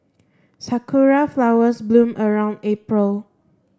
sakura flowers bloom around April